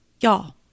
Y'all